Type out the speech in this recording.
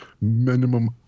minimum